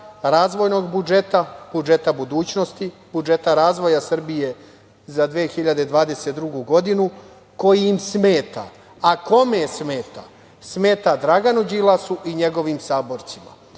razvojnog budžeta, budžeta budućnosti, budžeta razvoja Srbije za 2022. godinu, koji im smeta. A kome smeta? Smeta Draganu Đilasu i njegovim saborcima.